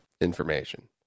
information